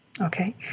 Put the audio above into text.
Okay